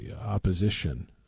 opposition